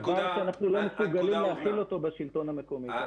ודאי שאנחנו בשלטון המקומי לא מסוגלים להכיל את זה.